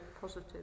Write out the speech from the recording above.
positive